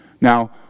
Now